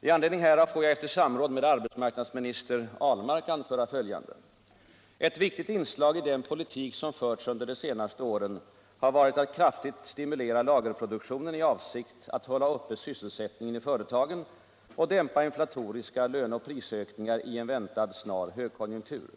I anledning härav får jag efter samråd med arbetsmarknadsminister Ahlmark anföra följande. Ett viktigt inslag i den politik som förts under de senaste åren har varit att kraftigt stimulera lagerproduktionen i avsikt att hålla uppe sysselsättningen i företagen och dämpa inflatoriska löne och prisökningar i en väntad snar högkonjunktur.